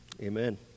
Amen